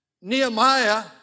Nehemiah